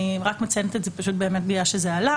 אני מציינת את זה כי זה עלה,